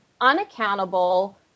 unaccountable